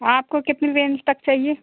आपको कितनी रेंज तक चाहिए